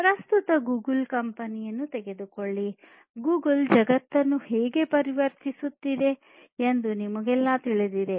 ಪ್ರಸ್ತುತ ಗೂಗಲ್ ಕಂಪನಿಯನ್ನು ತೆಗೆದುಕೊಳ್ಳಿ ಗೂಗಲ್ ಜಗತ್ತನ್ನು ಹೇಗೆ ಪರಿವರ್ತಿಸುತ್ತಿದೆ ಎಂದು ನಮಗೆಲ್ಲರಿಗೂ ತಿಳಿದಿದೆ